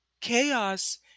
chaos